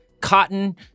cotton